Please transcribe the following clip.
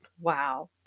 Wow